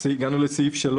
3